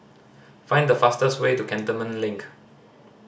find the fastest way to Cantonment Link